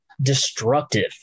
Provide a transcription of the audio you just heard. destructive